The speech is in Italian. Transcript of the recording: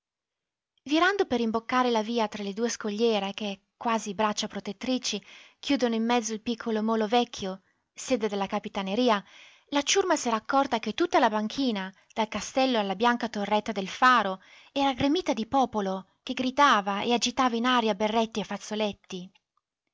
virando per imboccare la via tra le due scogliere che quasi braccia protettrici chiudono in mezzo il piccolo molo vecchio sede della capitaneria la ciurma s'era accorta che tutta la banchina dal castello alla bianca torretta del faro era gremita di popolo che gridava e agitava in aria berretti e fazzoletti